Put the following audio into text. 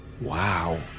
Wow